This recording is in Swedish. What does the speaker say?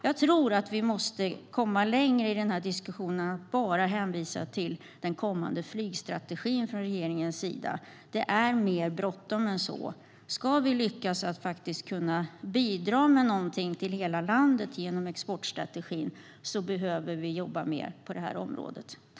Jag tror att vi måste komma längre i diskussionen än att bara hänvisa till den kommande flygstrategin. Det är mer bråttom än så. Ska vi lyckas bidra med något till hela landet genom exportstrategin behöver vi jobba mer på det här området.